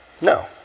No